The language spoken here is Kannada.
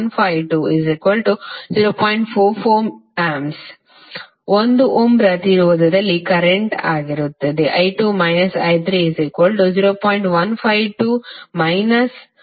44A ಮತ್ತು 1 ಓಮ್ ಪ್ರತಿರೋಧದಲ್ಲಿ ಕರೆಂಟ್ ಆಗಿರುತ್ತದೆ I2 − I3 0